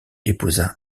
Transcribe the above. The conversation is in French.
épousa